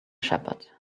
shepherd